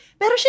Pero